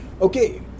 Okay